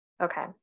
okay